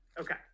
Okay